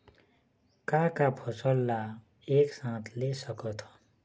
का का फसल ला एक साथ ले सकत हन?